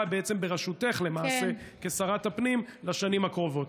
בראשותך כשרת הפנים בשנים הקרובות.